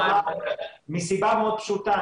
מסיבה מאוד פשוטה,